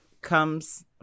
comes